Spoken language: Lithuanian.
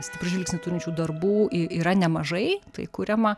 stiprų žvilgsnį turinčių darbų yra nemažai tai kuriama